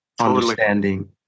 understanding